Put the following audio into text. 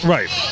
Right